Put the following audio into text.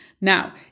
Now